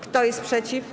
Kto jest przeciw?